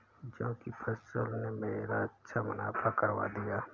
जौ की फसल ने मेरा अच्छा मुनाफा करवा दिया